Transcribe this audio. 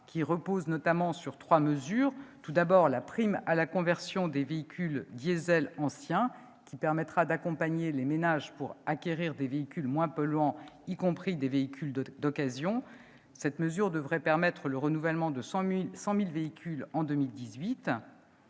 » repose notamment sur trois mesures. Tout d'abord, la prime à la conversion de véhicules diesel anciens permettra d'accompagner les ménages pour acquérir des véhicules moins polluants, y compris des véhicules d'occasion. Cette mesure devrait permettre le renouvellement de 100 000 véhicules en 2018.